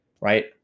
right